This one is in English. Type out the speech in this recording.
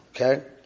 okay